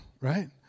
right